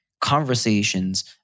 conversations